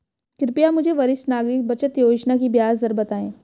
कृपया मुझे वरिष्ठ नागरिक बचत योजना की ब्याज दर बताएं